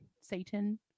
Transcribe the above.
Satan